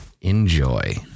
Enjoy